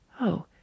Oh